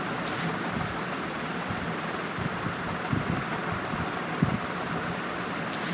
bond market হয়েছে financial মার্কেটয়ের একটি ভাগ যেখানে বন্ডের লেনদেন হয়